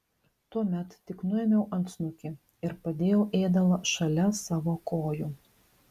tuomet tik nuėmiau antsnukį ir padėjau ėdalą šalia savo kojų